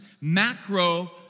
macro